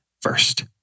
first